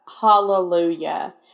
Hallelujah